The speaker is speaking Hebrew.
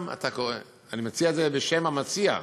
אני מציע את זה בשם המציע,